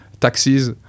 taxes